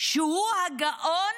שהוא הגאון